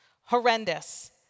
Horrendous